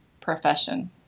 profession